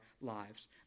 lives